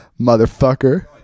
Motherfucker